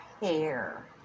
hair